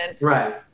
Right